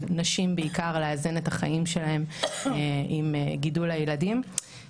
נשים בעיקר לאזן את החיים שלהן עם הצורך בגידול הילדים.